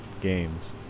games